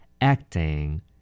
Acting